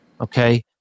okay